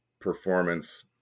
performance